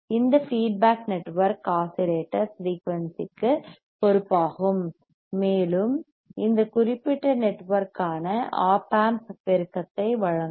இந்த feedback network oscillator ஃபிரீயூன்சிற்கு பொறுப்பாகும் மேலும் இந்த குறிப்பிட்ட நெட்வொர்க் ஆன ஒப் ஆம்ப் பெருக்கத்தை வழங்கும்